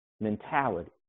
mentality